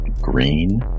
green